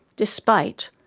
despite,